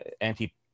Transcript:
anti